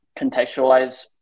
contextualize